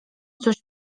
coś